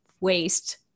waste